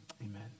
Amen